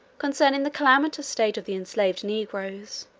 concerning the calamitous state of the enslaved negroes